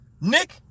Nick